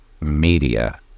media